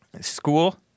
school